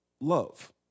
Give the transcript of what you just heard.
love